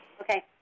okay